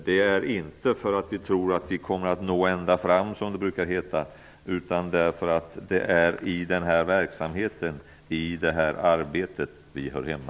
Detta är inte för att vi tror att vi kommer att nå ända fram, utan våra insatser hör hemma i den verksamheten.